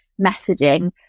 messaging